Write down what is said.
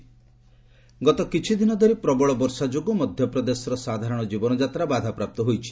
MP rain ଗତ କିଛିଦିନ ଧରି ପ୍ରବଳ ବର୍ଷା ଯୋଗୁଁ ମଧ୍ୟପ୍ରଦେଶର ସାଧାରଣ ଜୀବନଯାତ୍ରା ବାଧାପ୍ରାପ୍ତ ହୋଇଛି